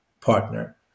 partner